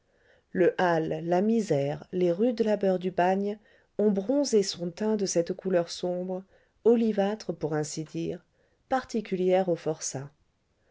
le hâle la misère les rudes labeurs du bagne ont bronzé son teint de cette couleur sombre olivâtre pour ainsi dire particulière aux forçats